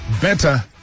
better